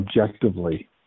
objectively